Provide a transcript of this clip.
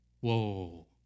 whoa